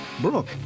Brooke